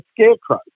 scarecrow